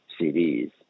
CDs